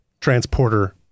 transporter